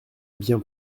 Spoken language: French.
bien